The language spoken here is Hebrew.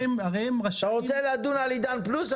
אתה רוצה לדון על עידן פלוס,